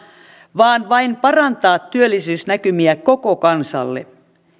vaan vain parantaa työllisyysnäkymiä koko kansalle